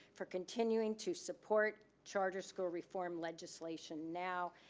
for continuing to support charter school reform legislation now,